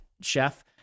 chef